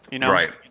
Right